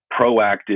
proactive